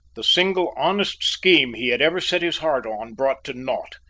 the single honest scheme he had ever set his heart on brought to nought,